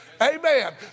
Amen